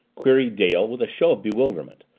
queried dale with a show of bewilderment,